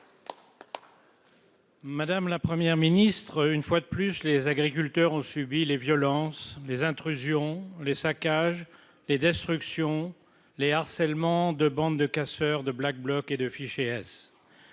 Madame la Première ministre, une fois de plus, les agriculteurs ont subi les violences, les intrusions les saccages les destructions Les harcèlement de bandes de casseurs de Black blocks et 2 fiché S,